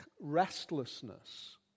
restlessness